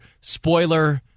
spoiler